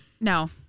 No